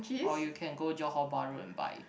or you can go Johor-Bahru and buy